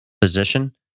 position